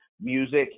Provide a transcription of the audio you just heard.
music